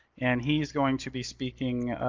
and he's going to be speaking.